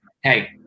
hey